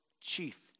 chief